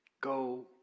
Go